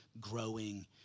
growing